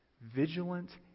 vigilant